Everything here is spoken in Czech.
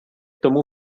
tomu